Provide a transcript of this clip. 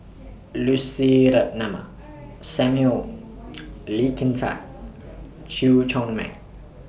Lucy Ratnammah Samuel Lee Kin Tat Chew Chor Meng